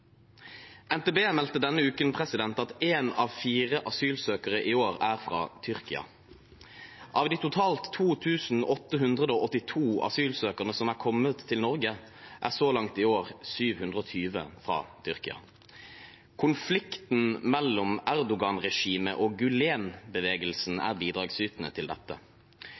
NTB meldte denne uken at én av fire asylsøkere i år er fra Tyrkia. Av de totalt 2 882 asylsøkerne som er kommet til Norge så langt i år, er 720 fra Tyrkia. Konflikten mellom Erdogan-regimet og Gülen-bevegelsen er bidragsytende til dette.